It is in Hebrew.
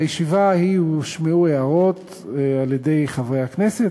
בישיבה ההיא הושמעו הערות על-ידי חברי הכנסת,